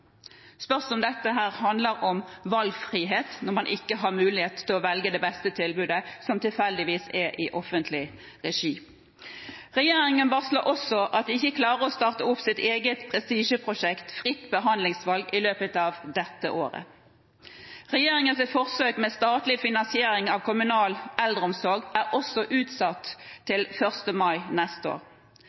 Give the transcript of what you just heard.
spørs om dette handler om valgfrihet, når man ikke har mulighet til å velge det beste tilbudet, som tilfeldigvis er i offentlig regi. Regjeringen varsler også at de ikke klarer å starte opp sitt eget prestisjeprosjekt – fritt behandlingsvalg – i løpet av dette året. Regjeringens forsøk med statlig finansiering av kommunal eldreomsorg er også utsatt – til 1. mai neste år.